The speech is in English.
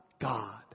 God